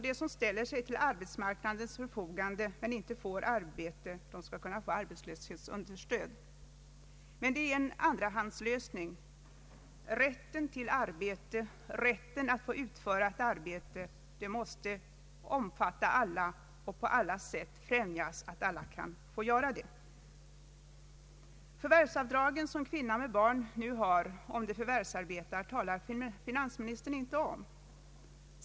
De som ställer sig till arbetsmarknadens förfogande men som inte får arbete skulle kunna få arbetslöshetsunderstöd. Men det är en andrahandslösning. Rätten att få utföra ett arbete måste omfatta alla och måste på alla sätt främjas. Förvärvsavdragen, som kvinnor med barn nu har om de förvärvsarbetar, talar finansministern inte om.